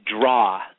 draw